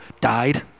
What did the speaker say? died